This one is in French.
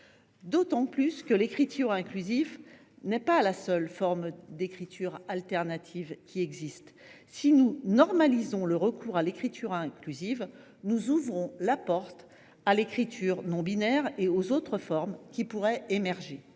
D’autant que l’écriture inclusive n’est pas la seule forme d’écriture alternative. Si nous normalisons le recours à l’écriture inclusive, nous ouvrons la porte à l’écriture non binaire et aux autres formes qui pourraient émerger.